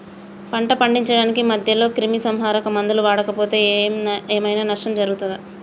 పంట పండించడానికి మధ్యలో క్రిమిసంహరక మందులు వాడకపోతే ఏం ఐనా నష్టం జరుగుతదా?